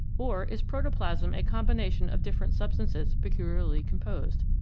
or is protoplasm a combination of different substances peculiarly composed?